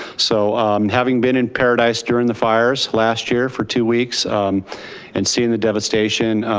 so and having been in paradise during the fires last year for two weeks and seeing the devastation,